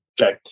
Okay